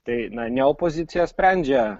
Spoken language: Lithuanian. tai ne ne opozicija sprendžia